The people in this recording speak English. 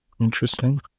interesting